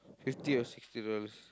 fifty or sixty dollars